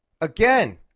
again